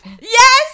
Yes